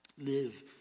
live